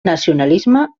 nacionalisme